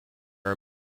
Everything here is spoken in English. are